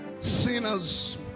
sinners